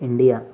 India